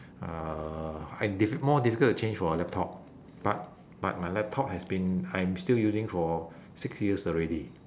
uh and dif~ more difficult to change for a laptop but but my laptop has been I am still using for six years already